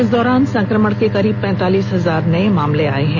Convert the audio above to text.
इस दौरान संक्रमण के करीब पैंतालीस हजार नये मामले सामने आए हैं